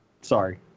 Sorry